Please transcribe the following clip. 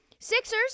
Sixers